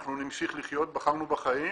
נמשיך לחיות, בחרנו בחיים,